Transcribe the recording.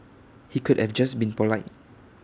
he could have just been polite